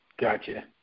Gotcha